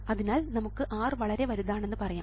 അതിനാൽ നമുക്ക് R വളരെ വലുതാണെന്ന് പറയാം